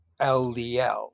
LDL